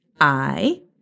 I